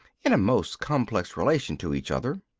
in a most complex relation to each other.